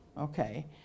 okay